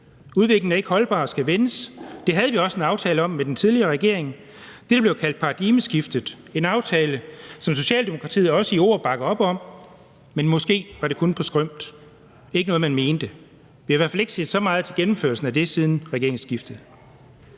Udviklingen er ikke holdbar og skal vendes, og det havde vi også en aftale om med den tidligere regering. Det blev kaldt paradigmeskiftet og var en aftale, som Socialdemokratiet også i ord bakkede op om, men måske var det kun på skrømt og ikke noget, man mente. Vi har i hvert fald ikke set så meget til gennemførelsen af det siden regeringsskiftet.